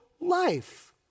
life